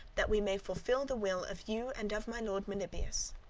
that we may fulfil the will of you and of my lord meliboeus.